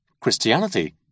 Christianity